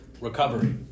Recovery